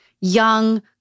young